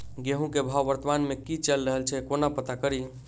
गेंहूँ केँ भाव वर्तमान मे की चैल रहल छै कोना पत्ता कड़ी?